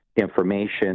information